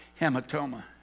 hematoma